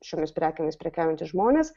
šiomis prekėmis prekiaujantys žmonės